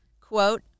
Quote